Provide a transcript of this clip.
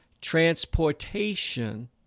transportation